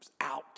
out